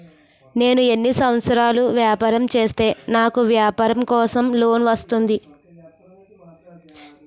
నేను ఎన్ని సంవత్సరాలు వ్యాపారం చేస్తే నాకు వ్యాపారం కోసం లోన్ వస్తుంది?